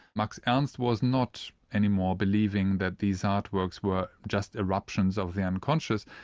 max ernst was not any more believing that these artworks were just eruptions of the unconscious,